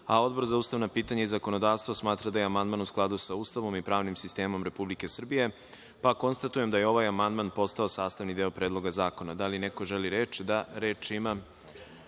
za ustavna pitanja i zakonodavstvo smatra da je amandman u skladu sa Ustavom i pravnim sistemom Republike Srbije. Konstatujem da je ovaj amandman postao sastavni deo Predloga zakona. Da li neko želi reč? (Ne)Na